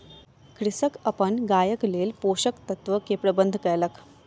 कृषक अपन गायक लेल पोषक तत्व के प्रबंध कयलक